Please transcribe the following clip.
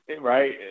right